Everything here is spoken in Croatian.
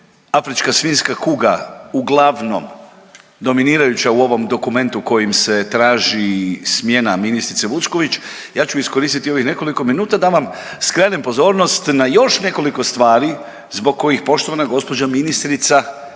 afrička svinjska kuga uglavnom dominirajuća u ovom dokumentu kojim se traži smjena ministrice Vučković, ja ću iskoristiti ovih nekoliko minuta da vam skrenem pozornost na još nekoliko stvari zbog kojih gospođa ministrica ili